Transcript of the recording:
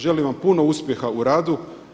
Želim vam puno uspjeha u radu.